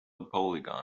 polygon